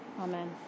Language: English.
Amen